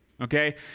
Okay